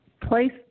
place